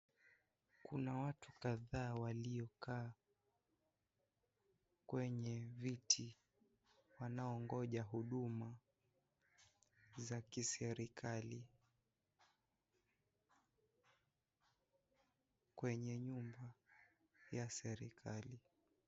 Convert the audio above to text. Kuna watu kadhaa waliokaa kwenye viti wanaongoja huduma za kiserikali kwenye nyumba ya serikali.